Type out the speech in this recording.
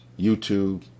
youtube